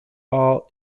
all